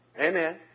Amen